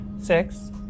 Six